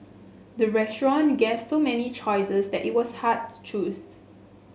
the restaurant gave so many choices that it was hard to choose